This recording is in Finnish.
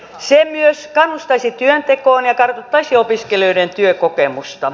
se myös kannustaisi työntekoon ja kartuttaisi opiskelijoiden työkokemusta